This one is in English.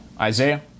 Isaiah